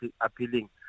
appealing